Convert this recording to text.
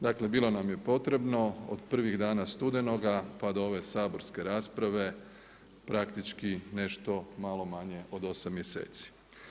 Dakle bilo nam je potrebno od prvih dana studenoga pa do ove saborske rasprave praktički nešto malo manje od 8 mjeseci.